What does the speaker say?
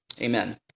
Amen